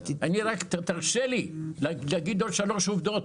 תרשה לי להגיד עוד שלוש עובדות.